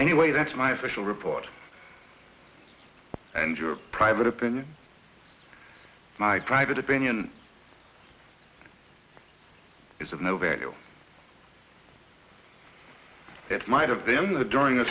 anyway that's my official report and your private opinion my private opinion is of no value it might have them the during